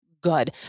good